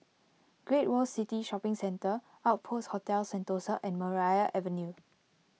Great World City Shopping Centre Outpost Hotel Sentosa and Maria Avenue